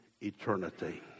eternity